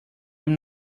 i’m